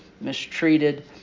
mistreated